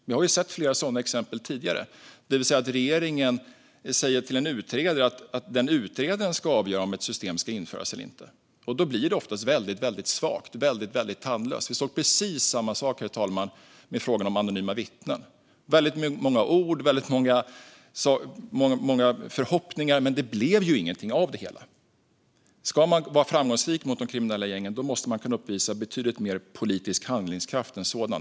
Vi har sett flera sådana exempel tidigare, det vill säga där regeringen säger till en utredare att den utredaren ska avgöra om ett system ska införas eller inte. Då blir det ofta svagt och tandlöst. Vi såg precis samma sak i frågan om anonyma vittnen, herr talman. Det var väldigt många ord och förhoppningar, men det blev ingenting av det hela. Ska man vara framgångsrik mot de kriminella gängen måste man kunna uppvisa betydligt mer politisk handlingskraft än så.